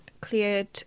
cleared